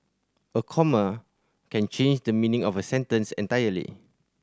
a comma can change the meaning of a sentence entirely